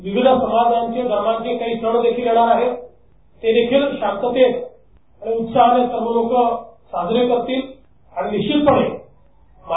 विविध समाजाचे धर्माचे सण देखील येणार आहेत ते देखील शांततेत आणि उत्साहात सर्व लोक साजरे करतील आणि निश्वितपणे मा